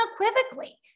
unequivocally